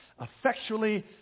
effectually